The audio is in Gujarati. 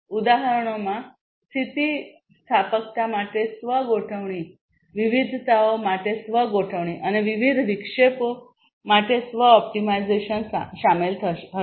ઉદાહરણોમાં સ્થિતિસ્થાપકતા માટે સ્વ ગોઠવણી વિવિધતાઓ માટે સ્વ ગોઠવણ અને વિવિધ વિક્ષેપો માટે સ્વ ઓપ્ટિમાઇઝેશન શામેલ હશે